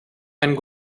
and